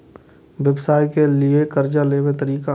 व्यवसाय के लियै कर्जा लेबे तरीका?